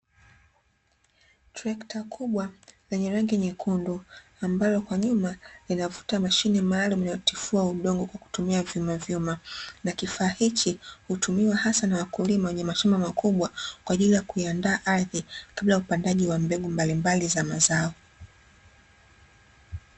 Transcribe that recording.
Trekta kubwa lenye rangi nyekundu, ambayo kwa nyuma linavuta mashine maalumu inayotifua udongo kwa kutumia vyumavyuma, na kifaa hichi hutumiwa hasa na wakulima wenye mashamba makubwa kwa ajili ya kuiandaa ardhi, kabla ya upandaji wa mbegu mbalimbali za mazao.